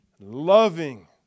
loving